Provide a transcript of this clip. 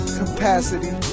capacity